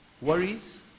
Worries